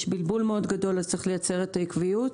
יש בלבול גדול מאוד, אז צריך לייצר עקביות.